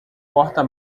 porta